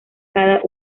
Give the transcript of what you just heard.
cada